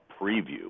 preview